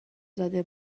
زده